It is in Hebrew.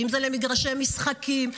אם זה למגרשי משחקים,